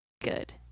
good